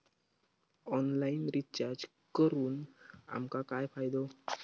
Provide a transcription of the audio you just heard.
Online recharge करून आमका काय फायदो?